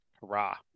Hurrah